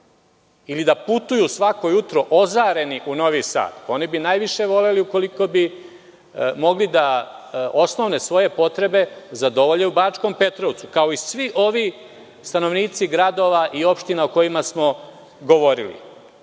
ili da putuju svako jutro ozareni u Novi Sad. Oni bi najviše voleli ukoliko bi mogli da osnovne svoje potrebe zadovolje u Bačkom Petrovcu, kao i svi ovi stanovnici gradova i opština o kojima smo govorili. Ko